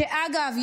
אגב,